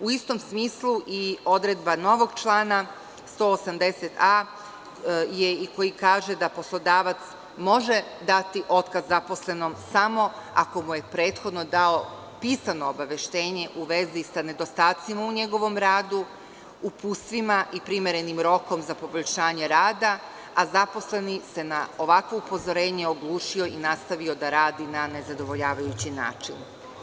U istom smislu i odredba novog člana 180a je i koji kaže da poslodavac može dati otkaz zaposlenom samo ako mu je prethodno dao pisano obaveštenje u vezi sa nedostacima u njegovom radu, uputstvima i primerenim rokom za poboljšanje rada, a zaposleni se na ovakvo upozorenje oglušio i nastavio da radi na nezadovoljavajući način.